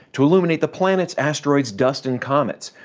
to illuminate the planets, asteroids, dust, and comets,